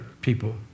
people